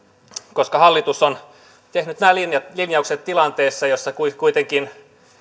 koska hallitus on tehnyt nämä linjaukset tilanteessa jossa se kuitenkin